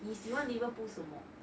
你喜欢 liverpool 什么